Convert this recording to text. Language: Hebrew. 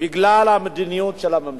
בגלל המדיניות של הממשלה.